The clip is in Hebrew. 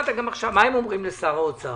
הם אומרים לשר האוצר,